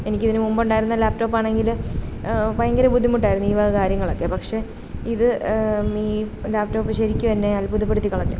എനിക്കിതിനു മുൻപുണ്ടായിരുന്ന ലാപ്റ്റോപ്പാണെങ്കിൽ ഭയങ്കര ബുദ്ധിമുട്ടായിരുന്നു ഈ വക കാര്യങ്ങളൊക്കെ പക്ഷെ ഇത് ഈ ലാപ്ടോപ്പ് ശരിക്കുമെന്നെ അത്ഭുതപ്പെടുത്തിക്കളഞ്ഞു